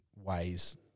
ways